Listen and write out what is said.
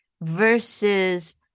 versus